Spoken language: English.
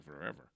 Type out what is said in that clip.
forever